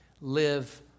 Live